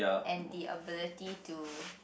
and the ability to